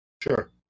Sure